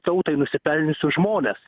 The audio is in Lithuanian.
tautai nusipelniusius žmones